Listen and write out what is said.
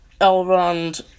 Elrond